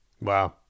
Wow